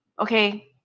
Okay